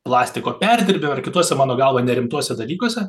plastiko perdirbi ar kitose mano galva ne rimtuose dalykuose